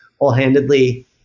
whole-handedly